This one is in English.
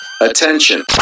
Attention